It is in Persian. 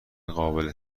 قابل